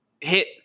hit